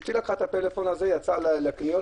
אשתי לקחה את הטלפון זה ויצאה לקניות.